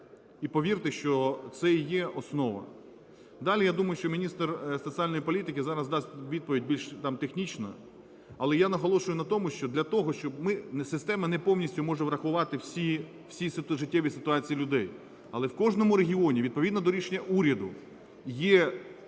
І, повірте, що це і є основа. Далі. Я думаю, що міністр соціальної політики зараз дасть відповідь більш там технічно, але я наголошую на тому, що для того, щоб ми, система не повністю може врахувати всі життєві ситуації людей, але в кожному регіоні відповідно до рішення уряду є